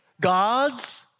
God's